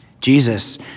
jesus